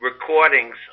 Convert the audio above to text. recordings